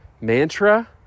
mantra